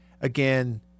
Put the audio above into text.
again